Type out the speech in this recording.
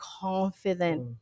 confident